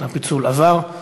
הפיצול עבר.